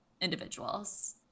individuals